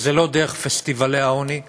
וזה לא דרך פסטיבלי העוני בחגים,